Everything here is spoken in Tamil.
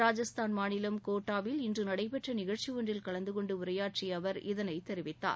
ராஜஸ்தான் மாநிலம் கோட்டாவில் இன்று நடைபெற்ற நிகழ்ச்சி ஒன்றில் கலந்து கொண்டு உரையாற்றிய அவர் இதனை தெரிவித்தார்